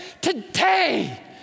today